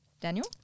Daniel